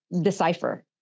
decipher